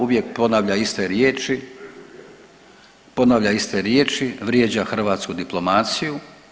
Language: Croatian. Uvijek ponavlja iste riječi, ponavlja iste riječi, vrijeđa hrvatsku diplomaciju.